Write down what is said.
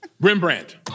Rembrandt